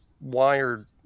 wired